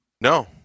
no